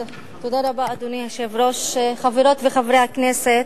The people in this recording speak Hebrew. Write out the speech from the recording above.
אדוני היושב-ראש, תודה רבה, חברות וחברי הכנסת,